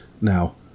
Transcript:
Now